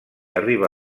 arriba